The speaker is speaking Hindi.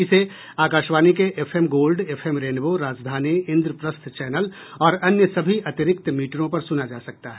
इसे आकाशवाणी के F M gold F M rainbow Rajdhani Indraprastha channel और अन्य सभी अतिरिक्त मीटरों पर सुना जा सकता है